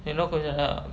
எதோ கொஞ்சம்:etho konjam